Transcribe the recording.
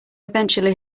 eventually